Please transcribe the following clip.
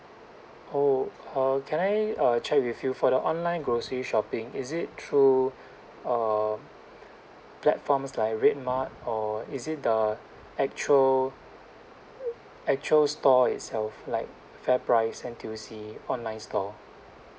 oh uh can I uh check with you for the online grocery shopping is it through uh platforms like redmart or is it the actual actual store itself like fairprice N_T_U_C online store